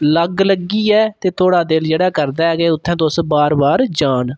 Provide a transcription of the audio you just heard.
लग्ग लग्गियै ते थुआढ़ा दिल जि'यां करदा ऐ कि उत्थै तुस बार बार जान